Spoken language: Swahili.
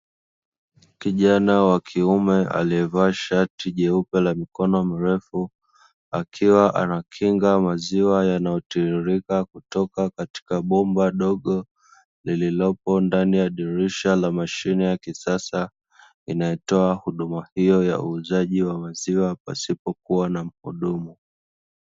Kijana wa kiume aliyevaa shati jeupe la mikono mrefu, akiwa anakinga maziwa yanayotiririka kutoka katika bomba dogo, lililopo ndani ya dirisha la mashine ya kisasa inayotoa huduma hiyo ya uuzaji wa maziwa pasipokuwa na mhudumu.